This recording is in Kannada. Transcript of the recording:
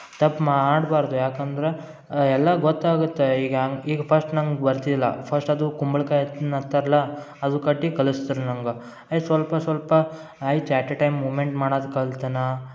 ತಪ್ಪು ಮಾಡ್ಬಾರದು ಯಾಕೆಂದರೆ ಎಲ್ಲ ಗೊತ್ತಾಗುತ್ತೆ ಈಗ ಅಂಗ್ ಈಗ ಫಸ್ಟ್ ನಂಗೆ ಬರ್ತಿಲ್ಲ ಫಸ್ಟ್ ಅದು ಕುಂಬ್ಳಕಾಯಿ ಅದು ತರ್ಲಾ ಅದು ಕಟ್ಟಿ ಕಲಿಸ್ತಾರೆ ನಂಗೆ ಆಯ್ತು ಸ್ವಲ್ಪ ಸ್ವಲ್ಪ ಆಯ್ತು ಎಟ್ ಎ ಟೈಮ್ ಮೂಮೆಂಟ್ ಮಾಡದು ಕಲ್ತೆ ನಾ